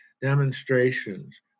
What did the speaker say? demonstrations